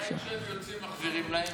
אולי כשהם יוצאים מחזירים להם?